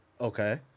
Okay